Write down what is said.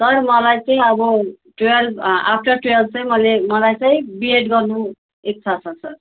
sir मलाई चाहिँ अब टुवेल्भ आफ्टर टुवेल्भ चाहिँ मैले मलाई चाहिँ बिएड गर्नु इच्छा छ सर